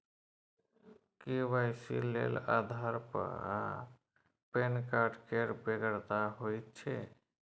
KYC लेल आधार आ PAN card केर बेगरता होइत छै